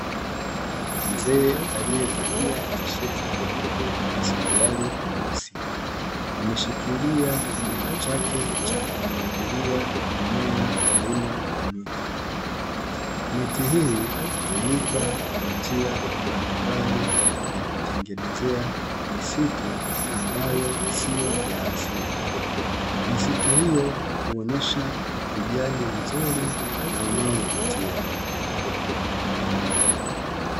Mzee aliyevalia tisheti nyeupe na suruali nyeusi, ameshikilia kidumu chake cha kumwagilia mimea aina ya miti, miti hii hutumika kwa njia mbalimbali ya kutengenezea misitu ambyo sio ya asili, misitu hio huonyesha ukijani mzuri na unaovutia.